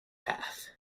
path